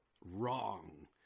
wrong